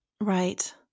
Right